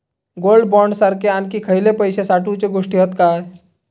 Gold bond सारखे आणखी खयले पैशे साठवूचे गोष्टी हत काय?